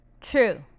True